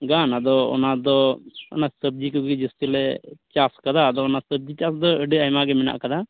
ᱜᱟᱱ ᱟᱫᱚ ᱚᱱᱟ ᱫᱚ ᱚᱱᱟ ᱥᱚᱵᱽᱡᱤ ᱠᱚᱜᱮ ᱡᱟᱹᱥᱛᱤ ᱞᱮ ᱪᱟᱥᱟᱠᱟᱫᱟ ᱟᱫᱚ ᱚᱱᱟ ᱥᱚᱵᱽᱡᱤ ᱪᱟᱥᱫᱚ ᱟᱹᱰᱤ ᱟᱭᱢᱟ ᱜᱮ ᱢᱮᱱᱟᱜ ᱟᱠᱟᱫᱟ